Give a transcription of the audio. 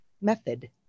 method